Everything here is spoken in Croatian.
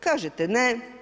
Kažete ne.